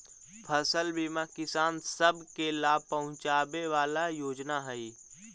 फसल बीमा किसान सब के लाभ पहुंचाबे वाला योजना हई